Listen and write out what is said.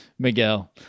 Miguel